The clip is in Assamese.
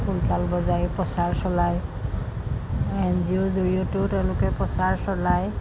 খোল তাল বজাই প্ৰচাৰ চলায় এন জি অ' ৰ জৰিয়তেও তেওঁলোকে প্ৰচাৰ চলায়